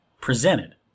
presented